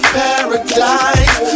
paradise